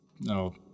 no